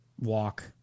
walk